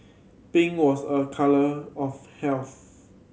pink was a colour of health